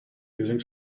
using